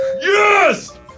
Yes